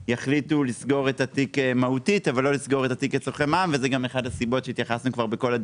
יחליטו לסגור את התיק מהותית אבל לא לסגור את התיק לצורכי מע"מ,